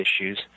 issues